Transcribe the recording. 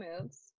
moves